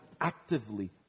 actively